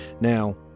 now